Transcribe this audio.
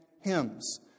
Hymns